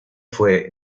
fue